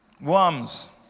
Worms